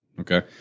Okay